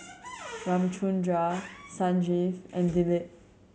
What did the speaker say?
Ramchundra Sanjeev and Dilip